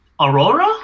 Aurora